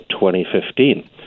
2015